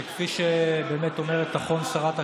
שכפי שבאמת אומרת נכון שרת הקליטה,